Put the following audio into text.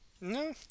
no